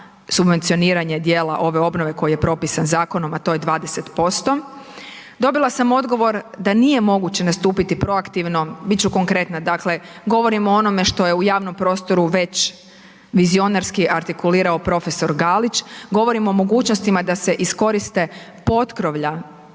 subvencioniranje dijela ove obnove koji je propisan zakonom, a to je 20%. Dobila sam odgovor da nije moguće nastupiti proaktivno, bit ću konkretna dakle govorim o onome što je u javnom prostoru već vizionarski artikulirao prof. Galić, govorim o mogućnostima da se iskoriste potkrovlja